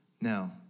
Now